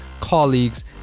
colleagues